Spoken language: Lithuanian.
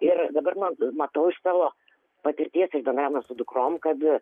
ir dabar mat matau iš savo patirties ir bendravimo su dukrom kad